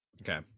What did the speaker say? Okay